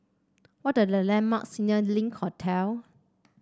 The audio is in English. what are the landmarks near Link Hotel